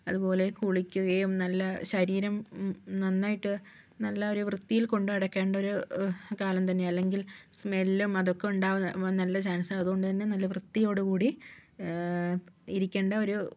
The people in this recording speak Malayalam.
അതുപോലെ കുളിക്കുകയും നല്ല ശരീരം നന്നായിട്ട് നല്ല ഒരു വൃത്തിയിൽ കൊണ്ടുനടക്കേണ്ടൊരു കാലം തന്നെ അല്ലെങ്കിൽ സ്മെല്ലും അതൊക്കെ ഉണ്ടാവാൻ നല്ല ചാൻസ് ഉണ്ട് അതുകൊണ്ട് തന്നെ നല്ല വൃത്തിയോട് കൂടി ഇരിക്കണ്ട ഒരു